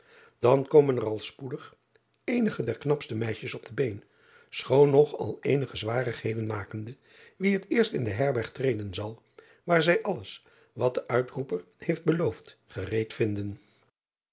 an komen er al spoedig eenige der k napste meisjes op de been schoon nog al eenige zwarigheden makende wie het eerst in de herberg treden zal waar zij alles wat de uitroeper heeft beloofd gereed vinden